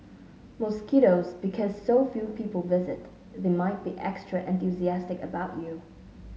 mosquitoes Because so few people visit they might be extra enthusiastic about you